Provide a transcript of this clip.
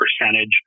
percentage